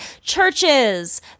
churches